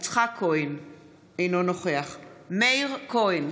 אינו נוכח יצחק כהן,